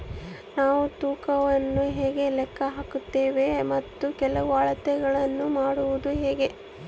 ನಾವು ತೂಕವನ್ನು ಹೇಗೆ ಲೆಕ್ಕ ಹಾಕುತ್ತೇವೆ ಮತ್ತು ಕೆಲವು ಅಳತೆಗಳನ್ನು ಮಾಡುವುದು ಹೇಗೆ?